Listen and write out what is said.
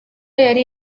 yari